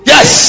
Yes